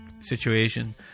situation